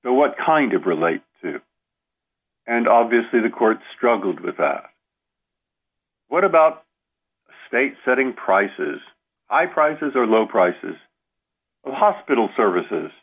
but what kind of relate to and obviously the court struggled with that what about state setting prices high prices are low prices of hospital services